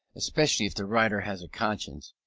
especially if the writer has a conscience,